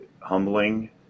humbling